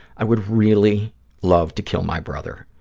i would really love to kill my brother.